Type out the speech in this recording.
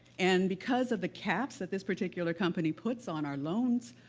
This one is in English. and because of the caps that this particular company puts on our loans,